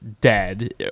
dead